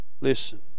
Listen